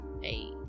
Hey